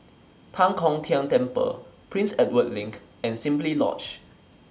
Tan Kong Tian Temple Prince Edward LINK and Simply Lodge